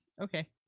okay